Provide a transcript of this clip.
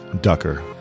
Ducker